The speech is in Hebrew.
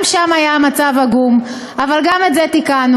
גם שם היה מצב עגום, אבל גם את זה תיקנו.